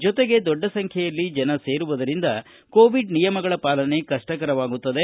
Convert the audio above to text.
ಜೊತೆಗೆ ದೊಡ್ಡ ಸಂಖ್ವೆಯಲ್ಲಿ ಜನ ಸೇರುವುದರಿಂದ ಕೋವಿಡ್ ನಿಯಮಗಳ ಪಾಲನೆಯು ಕಷ್ಷಕರವಾಗುತ್ತದೆ